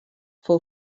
fou